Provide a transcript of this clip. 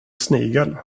snigel